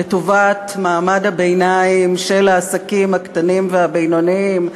לטובת מעמד הביניים של העסקים הקטנים והבינוניים,